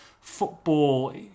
football